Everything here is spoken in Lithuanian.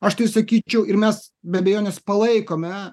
aš tai sakyčiau ir mes be abejonės palaikome